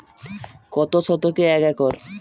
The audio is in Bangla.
কত শতকে এক একর?